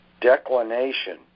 Declination